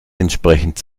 entsprechend